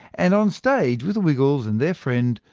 and on stage with the wiggles and their friend,